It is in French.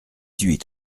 huit